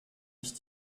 ich